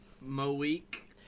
Mo-week